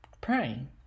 praying